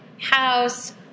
house